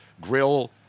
grill